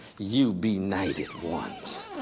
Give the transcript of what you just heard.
you benighted ones,